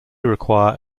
require